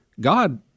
God